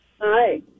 Hi